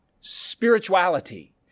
spirituality